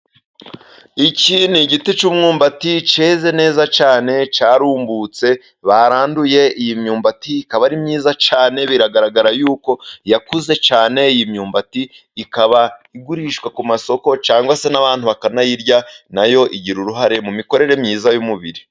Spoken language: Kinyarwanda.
Iki ni igiti cy’umwumbati cyeze neza cyane, cyarumbutse, baranduye. Iyi myumbati ikaba ari myiza cyane, biragaragara yuko yakuze cyane. Iyi myumbati ikaba igurishwa ku masoko, cyangwa se n’abantu bakanayirya. Na yo igira uruhare mu mikorere myiza y’umubiri.